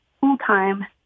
full-time